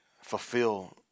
fulfill